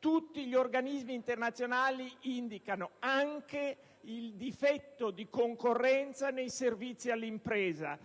tutti gli organismi internazionali indicano anche il difetto di concorrenza nei settori dei servizi all'impresa.